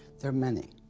there are many.